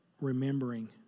remembering